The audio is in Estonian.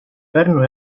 pärnu